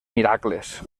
miracles